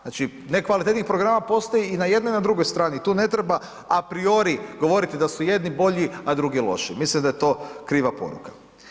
Znači nekvalitetnih programa postoji i na jednoj i na drugoj strani i tu ne treba a priori govoriti da su jedni bolji a drugi lošiji, mislim da je to kriva poruka.